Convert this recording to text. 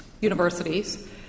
universities